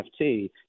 NFT